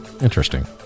interesting